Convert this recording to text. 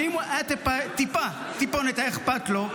שאם טיפונת היה אכפת לו,